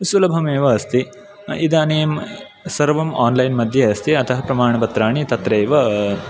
सुलभमेव अस्ति इदानीं सर्वम् आन्लैन् मध्ये अस्ति अतः प्रमाणपत्राणि तत्रैव